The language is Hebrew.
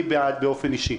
אני בעד באופן אישי.